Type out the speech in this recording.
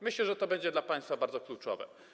Myślę, że to będzie dla państwa bardzo kluczowe.